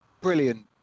brilliant